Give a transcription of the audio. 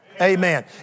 Amen